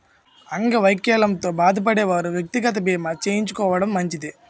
అంగవైకల్యంతో బాధపడే వారు వ్యక్తిగత బీమా చేయించుకోవడం మంచిది